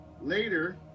Later